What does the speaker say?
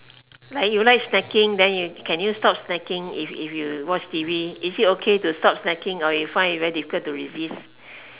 like you like snacking then you can you stop snacking if if you watch T_V is it okay to stop snacking or you find it very difficult to resist